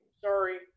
sorry